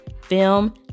film